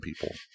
people